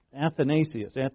Athanasius